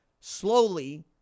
slowly